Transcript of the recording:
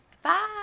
Bye